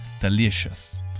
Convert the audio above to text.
delicious